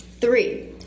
Three